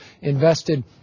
invested